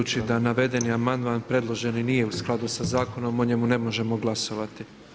Budući da navedeni amandman predloženi nije u skladu sa zakonom o njemu ne možemo glasovati.